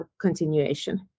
continuation